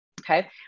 Okay